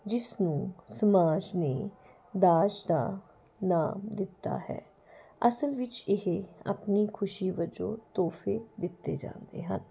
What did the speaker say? ਜਿਸ ਨੂੰ ਸਮਾਜ ਨੇ ਦਾਜ ਦਾ ਨਾਮ ਦਿੱਤਾ ਹੈ ਅਸਲ ਵਿੱਚ ਇਹ ਆਪਣੀ ਖੁਸ਼ੀ ਵਜੋਂ ਤੋਹਫ਼ੇ ਦਿੱਤੇ ਜਾਂਦੇ ਹਨ